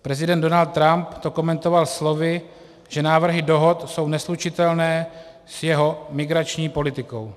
Prezident Donald Trump to komentoval slovy, že návrhy dohod jsou neslučitelné s jeho migrační politikou.